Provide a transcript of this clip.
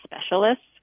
specialists